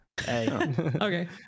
okay